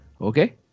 Okay